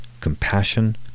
compassion